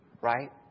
right